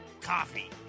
coffee